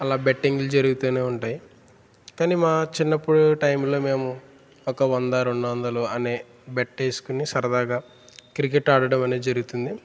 అలా బెట్టింగ్లు జరుగుతూనే ఉంటాయి కానీ మా చిన్నప్పుడు టైంలో మేము ఒక వంద రెండు వందలు అనే బెట్ వేసుకొని సరదాగా క్రికెట్ ఆడటం అనేది జరుగుతుంది